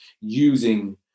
using